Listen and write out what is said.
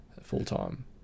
full-time